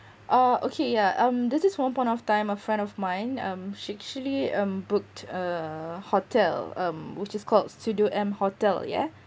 orh okay yeah um there's this one point of time a friend of mine um she actually um booked a hotel um which is called studio M hotel yea